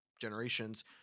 generations –